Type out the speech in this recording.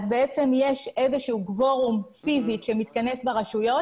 בעצם יש איזשהו קוורום פיזי שמתכנס ברשויות